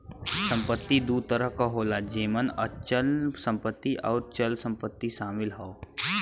संपत्ति दू तरह क होला जेमन अचल संपत्ति आउर चल संपत्ति शामिल हौ